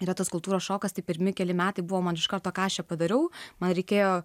yra tas kultūros šokas tai pirmi keli metai buvo man iš karto kašę padariau man reikėjo